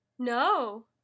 No